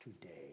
today